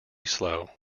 slow